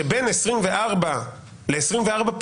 שבין 24 ל-24+6